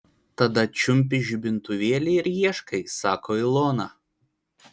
tada čiumpi žibintuvėlį ir ieškai sako ilona